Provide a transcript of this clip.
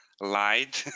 lied